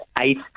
eight